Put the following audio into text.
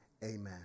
Amen